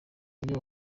niwe